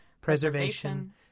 preservation